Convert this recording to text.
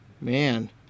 man